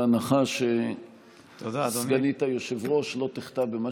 בהנחה שסגנית היושב-ראש לא תחטא במה